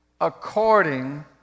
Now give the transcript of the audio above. according